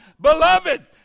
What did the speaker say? Beloved